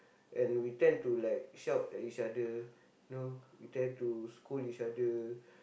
and we tend to like shout at each other you know we tend to scold each other